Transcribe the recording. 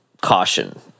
caution